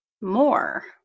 more